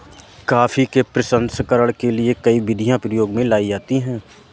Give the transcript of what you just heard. coffee के प्रसंस्करण के लिए कई विधियां प्रयोग में लाई जाती हैं